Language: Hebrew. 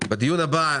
בדיון הבא,